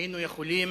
היינו יכולים